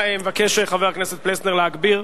חבר הכנסת פלסנר מבקש להגביר.